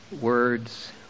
words